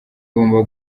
ngomba